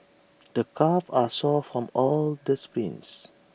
the calves are sore from all the sprints